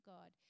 God